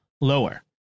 lower